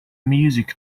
music